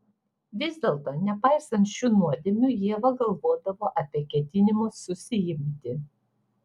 vis dėlto nepaisant šių nuodėmių ieva galvodavo apie ketinimus susiimti